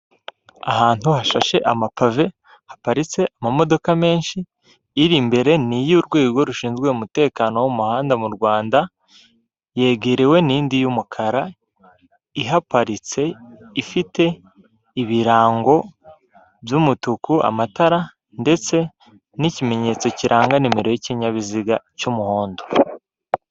Ahantu hashashe amapave, haparitse amamodoka menshi, iri imbere ni iy'urwego rushinzwe umutekano wo mu muhanda mu Rwanda, yegerewe n'indi y'umukara ihaparitse, ifite ibirango by'umutuku, amatara, ndetse n'ikimenyetso kiranga nimero y'ikinyabiziga, cy'umuhondo.